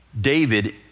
David